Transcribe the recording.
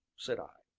said i.